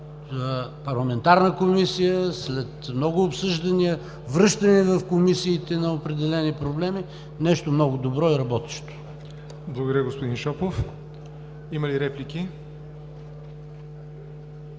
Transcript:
парламентарна комисия, след много обсъждания, връщания в комисиите на определени проблеми, нещо много добро и работещо. ПРЕДСЕДАТЕЛ ЯВОР НОТЕВ: Благодаря, господин Шопов. Има ли реплики?